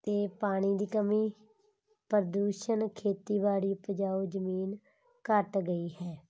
ਇਹ ਪਾਣੀ ਦੀ ਕਮੀ ਪ੍ਰਦੂਸ਼ਣ ਖੇਤੀਬਾੜੀ ਉਪਜਾਊ ਜ਼ਮੀਨ ਘੱਟ ਗਈ ਹੈ